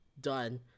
done